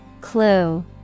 Clue